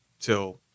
till